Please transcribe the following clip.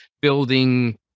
building